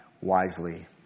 wisely